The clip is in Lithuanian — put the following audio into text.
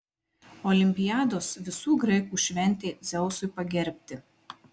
olimpiados visų graikų šventė dzeusui pagerbti